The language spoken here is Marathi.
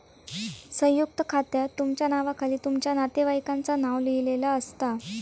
संयुक्त खात्यात तुमच्या नावाखाली तुमच्या नातेवाईकांचा नाव लिहिलेला असता